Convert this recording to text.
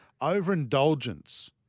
overindulgence